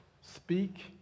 speak